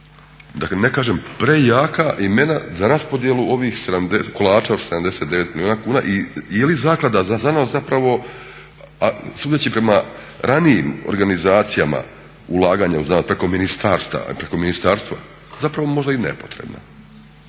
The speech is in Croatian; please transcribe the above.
da ne kažem prejaka imena za raspodjelu ovih kolača od 79 milijuna kuna i je li Zaklada za znanost zapravo, a sudeći prema ranijim organizacijama ulaganja u znanost, preko ministarstava i preko ministarstva